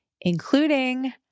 including